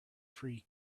free